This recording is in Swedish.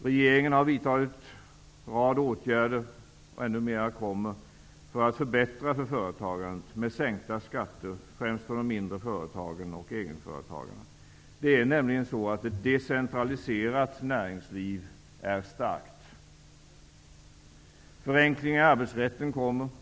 Regeringen har vidtagit en rad åtgärder, och ännu fler kommer, för att förbättra för företagandet, med sänkta skatter, främst för de mindre företagen och egenföretagarna. Det är nämligen så att ett decentraliserat näringsliv är starkt. Förenklingar i arbetsrätten kommer.